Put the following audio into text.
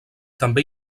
també